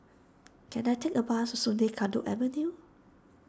can I take a bus Sungei Kadut Avenue